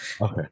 okay